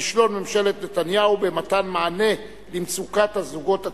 כישלון ממשלת נתניהו במתן מענה למצוקת הזוגות הצעירים,